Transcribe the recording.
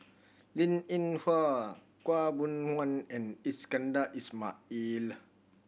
Linn In Hua Khaw Boon Wan and Iskandar Ismail